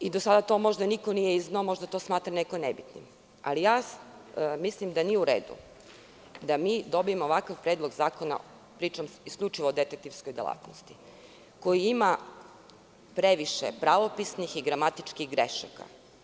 Do sada možda to niko nije izneo i možda to neko smatra nebitnim, ali mislim da nije u redu da mi dobijemo ovakav predlog zakona, pričam isključivo o detektivskoj delatnosti, koji ima previše pravopisnih i gramatičkih grešaka.